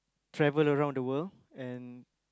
travel around the world and